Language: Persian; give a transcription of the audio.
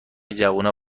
جوونا